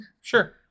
Sure